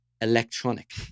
electronic